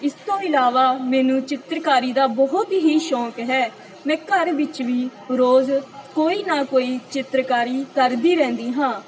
ਇਸ ਤੋਂ ਇਲਾਵਾ ਮੈਨੂੰ ਚਿੱਤਰਕਾਰੀ ਦਾ ਬਹੁਤ ਹੀ ਸ਼ੌਂਕ ਹੈ ਮੈਂ ਘਰ ਵਿੱਚ ਵੀ ਰੋਜ਼ ਕੋਈ ਨਾ ਕੋਈ ਚਿੱਤਰਕਾਰੀ ਕਰਦੀ ਰਹਿੰਦੀ ਹਾਂ